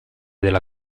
della